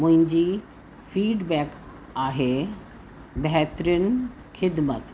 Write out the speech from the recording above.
मुंहिंजी फीडबैक आहे बेहतरीन खिदमत